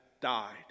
died